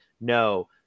No